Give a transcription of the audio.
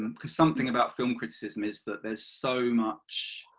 um because something about film criticism is that there's so much,